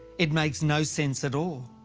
it makes no sense at all.